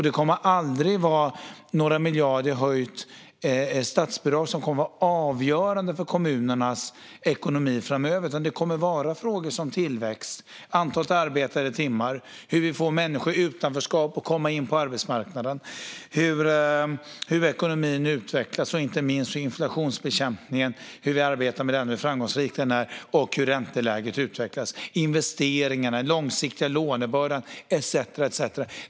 Det kommer aldrig att vara några miljarder i höjt statsbidrag som blir avgörande för kommunernas ekonomi framöver, utan det avgörande kommer att vara frågor som tillväxt, antal arbetade timmar, hur vi får människor i utanförskap att komma in på arbetsmarknaden, hur ekonomin utvecklas och inte minst hur vi arbetar framgångsrikt med inflationsbekämpningen, räntelägets utveckling, investeringar, den långsiktiga lånebördan etcetera.